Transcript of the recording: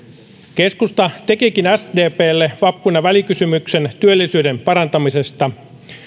keskusta tekikin sdplle vappuna välikysymyksen työllisyyden parantamisesta